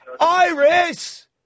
Iris